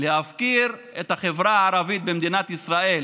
להפקיר את החברה הערבית במדינת ישראל